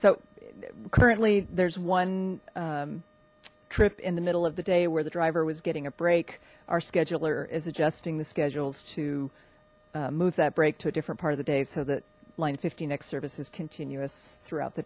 so currently there's one trip in the middle of the day where the driver was getting a break our scheduler is adjusting the schedules to move that break to a different part of the day so that line fifteen x service is continuous throughout the